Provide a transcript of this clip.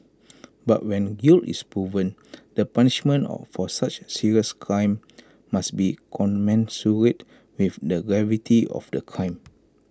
but when guilt is proven the punishment of for such serious crimes must be commensurate with the gravity of the crime